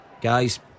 guys